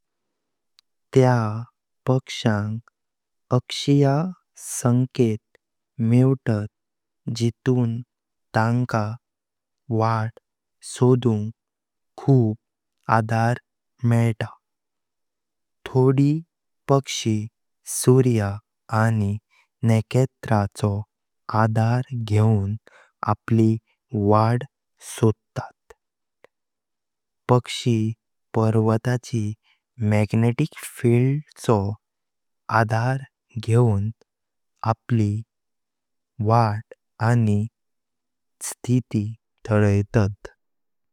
त्या पक्ष्यांक अक्षिय संकेत मेवतात जितून तेंका वाट सोडूंख खूप आधार मेळतां, थोड़ी पक्षी सूर्य आनी नेकेत्राचो आधार घेऊन आपली वाट सोडतत। पक्षी पर्वताची मॅग्नेटिक फील्डचो आधार घेऊन आपली वाट आनी थिति थारायतात।